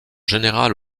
général